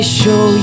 show